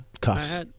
Cuffs